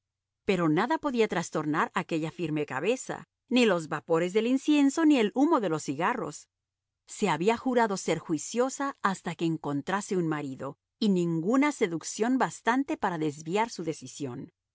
pero nada podía trastornar aquella firme cabeza ni los vapores del incienso ni el humo de los cigarros se había jurado ser juiciosa hasta que encontrase un marido y ninguna seducción fue bastante para desviar su decisión